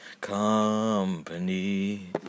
company